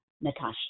Natasha